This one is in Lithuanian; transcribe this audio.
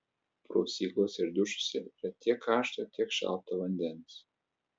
prausyklose ir dušuose yra tiek karšto tiek šalto vandens